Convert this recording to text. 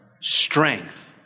strength